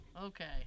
Okay